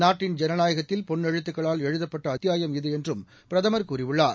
நாட்டின் ஜனநாயகத்தில் பொன் எழுத்துக்களால் எழுதப்பட்ட அத்தியாயம் இது என்றும் பிரதம் கூறியுள்ளார்